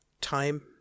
time